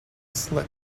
slip